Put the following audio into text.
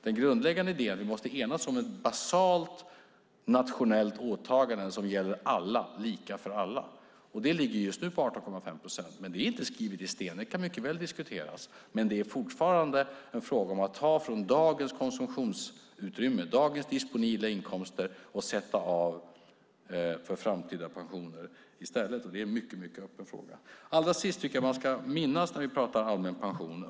Den grundläggande idén är att vi måste enas om ett basalt nationellt åtagande som gäller lika för alla, och det ligger just nu på 18,5 procent. Men det är inte skrivet i sten. Det kan mycket väl diskuteras. Men det är fortfarande en fråga om att ta från dagens konsumtionsutrymme, dagens disponibla inkomster, och i stället sätta av för framtida pensioner. Det är en mycket öppen fråga. Allra sist tycker jag att man ska minnas en sak när vi pratar om allmän pension.